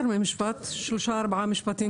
יותר ממשפט, שלושה-ארבעה משפטים.